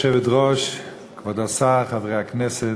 כבוד היושבת-ראש, כבוד השר, חברי הכנסת,